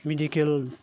medical